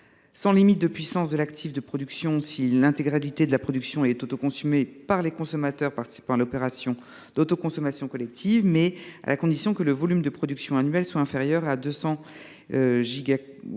sans limite de puissance de l’actif de production si l’intégralité de la production est autoconsommée par les consommateurs participant à l’opération d’autoconsommation collective, mais à condition que le volume de production annuel soit inférieur à 240 gigawattheures